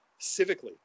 civically